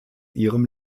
ihrem